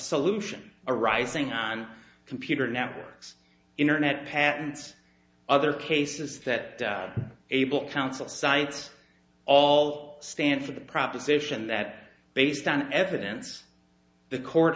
solution arising on computer networks internet patents other cases that able counsel sites all stand for the proposition that based on evidence the court